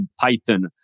Python